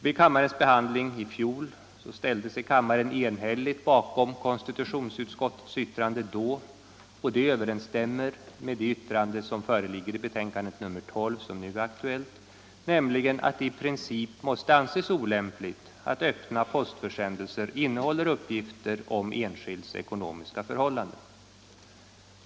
Vid riksdagsbehandlingen i fjol ställde sig kammaren enhälligt bakom konstitutionsutskottets yttrande då, och det överensstämmer med det yttrande som föreligger i betänkande nr 12, som nu är aktuellt, att det i princip måste anses olämpligt att öppna post försändelser innehåller uppgifter om enskilds ekonomiska förhållanden.